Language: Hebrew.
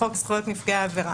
בחוק זכויות נפגעי עבירה.